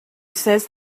says